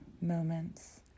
moments